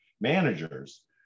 managers